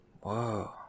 Whoa